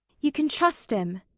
you can trust him.